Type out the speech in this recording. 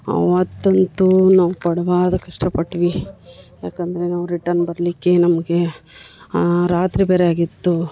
ಅವತ್ತು ಅಂತೂ ನಾವು ಪಡ್ಬಾರ್ದ ಕಷ್ಟಪಟ್ವಿ ಯಾಕಂದರೆ ನಾವು ರಿಟನ್ ಬರಲಿಕ್ಕೆ ನಮಗೆ ರಾತ್ರಿ ಬೇರೆ ಆಗಿತ್ತು